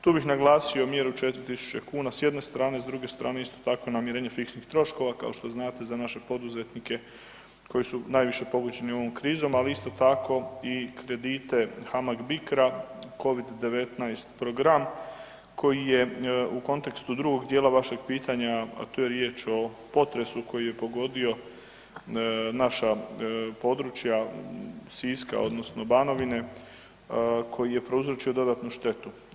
Tu bih naglasio mjeru 4.000 kuna s jedne strane, s druge strane isto tako namirenje fiksnih troškova kao što znate za naše poduzetnike koji su najviše pogođeni ovom krizom, ali isto tako i kredite HAMAG BICRA Covid-19 program koji je u kontekstu drugog dijela vašeg pitanja, a to je riječ o potresu koji je pogodio naša područja Siska odnosno Banovine koji je prouzročio dodatnu štetu.